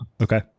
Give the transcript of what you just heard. okay